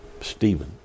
Stephen